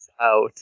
Out